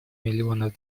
миллионов